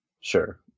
Sure